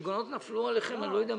השיגעונות נפלו עליכם, אני לא יודע מאיפה.